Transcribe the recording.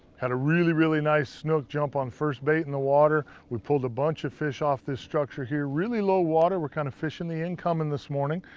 had a really, really nice snook jump on first bait in the water. we pulled a bunch of fish off this structure here. really low water. we're kind of fishing the incoming this morning.